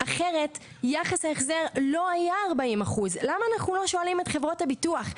אחרת יחס ההחזר לא היה 40%. למה אנחנו לא שואלים את חברות הביטוח,